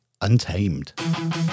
Untamed